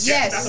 Yes